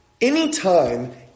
anytime